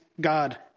God